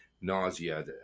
nausea